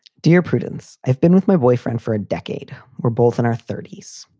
dear prudence. i've been with my boyfriend for a decade. we're both in our thirty s.